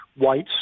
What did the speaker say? whites